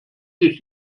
sich